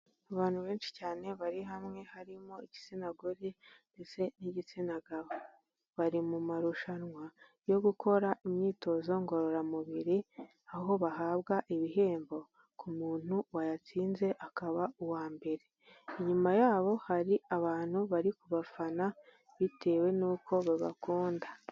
Abantu benshi cyane bari hamwe harimo igitsina gore ndetse n'igitsinabo. Bari mu marushanwa yo gukora imyitozo ngororamubiri, aho bahabwa ibihembo ku muntu wayatsinze akaba uwa mbere. Inyuma yabo hari abantu bari kubafana bitewe n'uko babakunda.